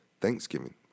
Thanksgiving